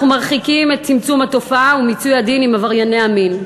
אנחנו מרחיקים את צמצום התופעה ומיצוי הדין עם עברייני המין.